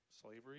slavery